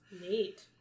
Neat